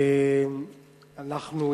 אנחנו,